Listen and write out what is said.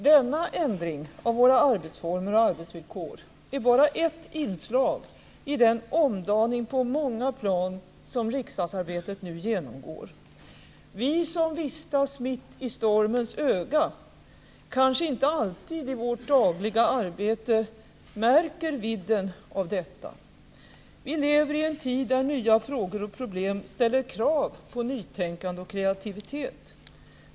Denna ändring av våra arbetsformer och arbetsvillkor är bara ett inslag i den omdaning på många plan som riksdagsarbetet nu genomgår. Vi som vistas mitt i stormens öga kanske inte alltid i vårt dagliga arbete märker vidden av detta. Vi lever i en tid där nya frågor och problem ställer krav på nytänkande och kreativitet.